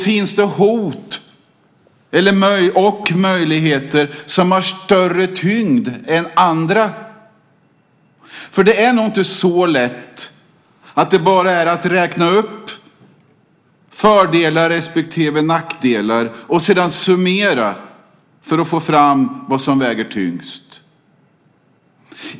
Finns det hot och möjligheter som har större tyngd än andra? Det är nog inte så lätt att det bara är att räkna upp fördelar respektive nackdelar och sedan summera för att få fram vad som väger tyngst.